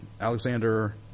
Alexander